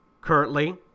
currently